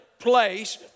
Place